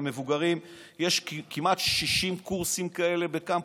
המבוגרים: יש כמעט 60 קורסים כאלה בקמפוס.